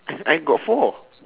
I got four